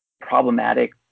problematic